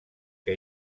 que